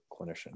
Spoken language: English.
clinician